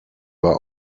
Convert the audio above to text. war